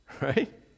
Right